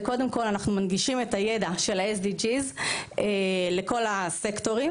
זה קודם כול מנגישים את הידע של ה-SDG לכל הסקטורים.